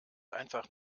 einfach